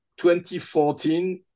2014